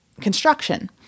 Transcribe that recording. construction